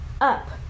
up